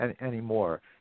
anymore